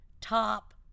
top